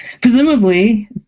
presumably